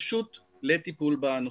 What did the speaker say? פשוט לטיפול בנושא.